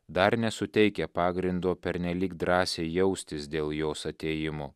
dar nesuteikia pagrindo pernelyg drąsiai jaustis dėl jos atėjimo